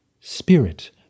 Spirit